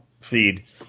feed